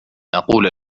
أقول